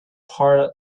part